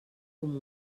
com